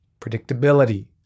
predictability